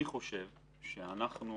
אני חושב שאנחנו